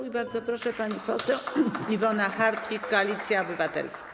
I bardzo proszę, pani poseł Iwona Hartwich, Koalicja Obywatelska.